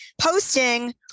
posting